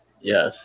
Yes